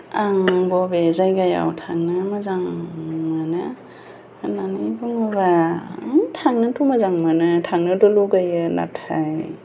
आं बबे जायगायाव थांनो मोजां मोनो होननानै बुङोब्ला आं थांनोथ' मोजां मोनो थांनोथ' लुबैयो नाथाय